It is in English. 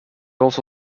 also